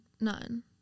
none